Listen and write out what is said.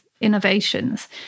innovations